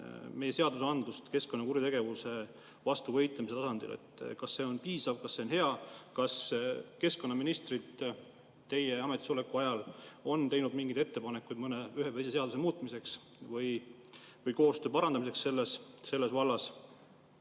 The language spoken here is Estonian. meie seadusandlust keskkonnakuritegevuse vastu võitlemise tasandil? Kas see on piisav? Kas see on hea? Kas keskkonnaministrid teie ametisoleku ajal on teinud mingeid ettepanekuid ühe või teise seaduse muutmiseks või koostöö parandamiseks selles vallas?